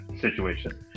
situation